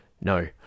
No